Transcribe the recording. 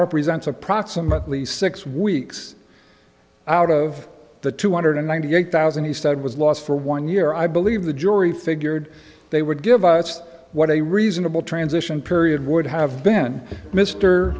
represents approximately six weeks out of the two hundred ninety eight thousand he said was lost for one year i believe the jury figured they would give us what a reasonable transition period would have been mr